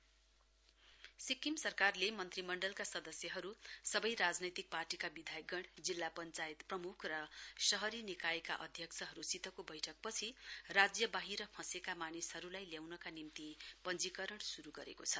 CS Sikkim सरकारले मन्त्रीमण्डलका सदस्यहरू सबै राजनीतिक पार्टीका विधायकगण जिल्ला पञ्चायत प्रमुख र शहरी निकायका अध्यक्षहरूसितको बैठकपछि राज्य बाहिर फँसेका मानिसहरूलाई ल्याउनका निम्ति पञ्जीकरण शुरू गरेको छ